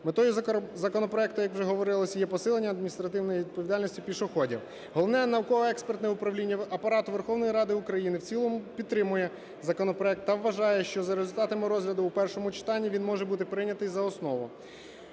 Метою законопроекту, як вже говорилось, є посилення адміністративної відповідальності пішоходів. Головне науково-експертне управління Апарату Верховної Ради України в цілому підтримує законопроект та вважає, що за результатами розгляду в першому читанні він може бути прийнятий за основу.